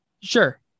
Sure